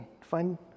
find